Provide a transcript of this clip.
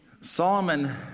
Solomon